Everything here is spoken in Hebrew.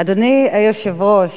אדוני היושב-ראש,